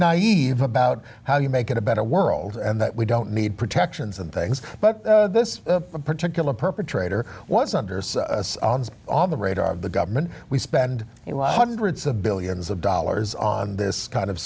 naive about how you make it a better world and that we don't need protections and things but this particular perpetrator was under the radar of the government we spend hundreds of billions of dollars on this kind of